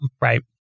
right